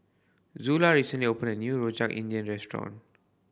Zula recently opened a new Rojak India restaurant